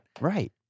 Right